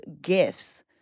gifts